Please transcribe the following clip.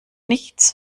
nichts